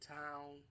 town